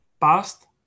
past